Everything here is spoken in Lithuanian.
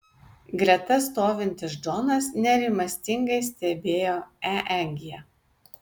greta stovintis džonas nerimastingai stebėjo eeg